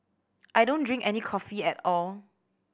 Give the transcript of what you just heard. I don't drink any coffee at all